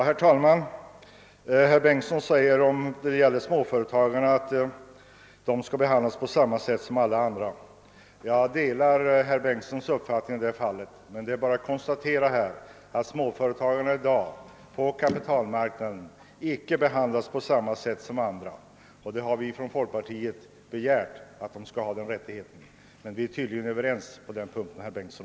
Herr talman! Herr Bengtsson i Landskrona sade att småföretagarna skall behandlas på samma sätt som alla andra och jag delar hans uppfattning, men det kan konstateras att detta icke sker på kapitalmarknaden i dag. Folkpartiet har begärt att de skall behandlas rättvist, och herr Bengtsson och jag är tydligen nu överens på den punkten.